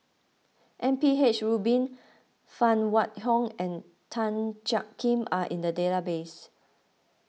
M P H Rubin Phan Wait Hong and Tan Jiak Kim are in the database